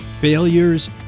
failures